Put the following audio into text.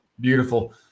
Beautiful